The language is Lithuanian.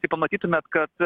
tai pamatytumėt kad